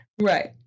Right